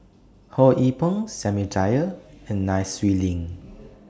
Ho Yee Ping Samuel Dyer and Nai Swee Leng